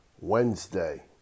Wednesday